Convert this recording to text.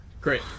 Great